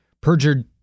perjured